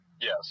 yes